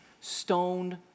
stoned